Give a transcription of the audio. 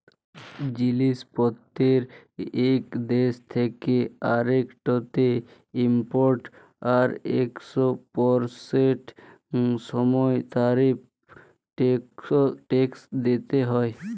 জিলিস পত্তের ইক দ্যাশ থ্যাকে আরেকটতে ইমপরট আর একসপরটের সময় তারিফ টেকস দ্যিতে হ্যয়